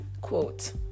quote